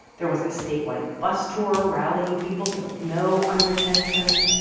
there was a statewide bus tour rallying people to vote no on retention.